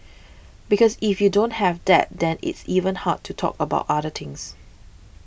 because if you don't have that then it's even hard to talk about other things